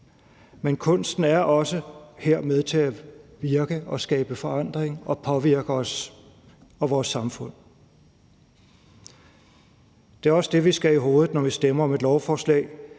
men kunsten er også her med til at virke og skabe forandring og påvirke os og vores samfund. Det er også det, vi skal have i hovedet, når vi stemmer om et lovforslag,